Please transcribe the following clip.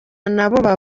n’abo